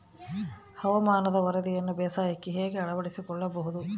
ಹವಾಮಾನದ ವರದಿಯನ್ನು ಬೇಸಾಯಕ್ಕೆ ಹೇಗೆ ಅಳವಡಿಸಿಕೊಳ್ಳಬಹುದು?